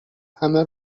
همه